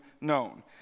known